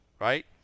right